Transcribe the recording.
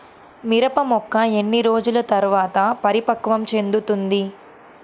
మిరప మొక్క ఎన్ని రోజుల తర్వాత పరిపక్వం చెందుతుంది?